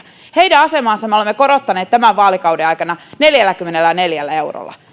me olemme korottaneet tämän vaalikauden aikana neljälläkymmenelläneljällä eurolla